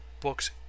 books